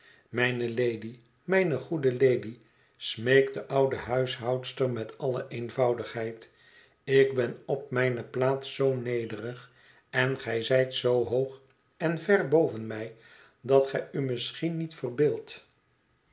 mijne lady mijne goede lady smeekt de oude huishoudster met alle eenvoudigheid ik ben op mijne plaats zoo nederig en gij zijt zoo hoog en ver boven mij dat gij u misschien niet verbeeldt